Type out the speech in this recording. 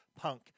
punk